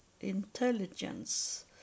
intelligence